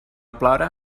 plora